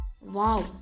Wow